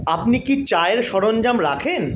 আপনি কি চায়ের সরঞ্জাম রাখেন